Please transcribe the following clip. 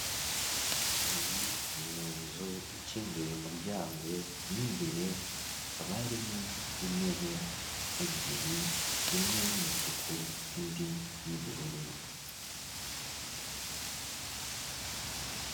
Iyi ni inzu ikinguye umuryango mo imbere hakaba harimo intebe ebyiri imwe y'umutuku indi y'ubururu.